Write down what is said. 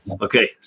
okay